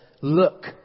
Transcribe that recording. Look